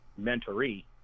mentoree